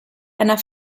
einer